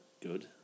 good